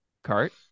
cart